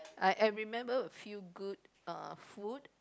I I remember a few good uh food